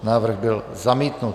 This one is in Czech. Návrh byl zamítnut.